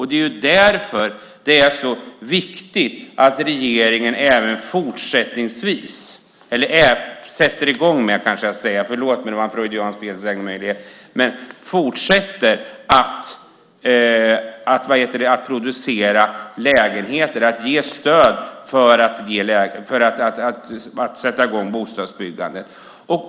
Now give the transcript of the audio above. Det är därför det är så viktigt att regeringen fortsätter att producera lägenheter och ge stöd för att sätta i gång bostadsbyggande.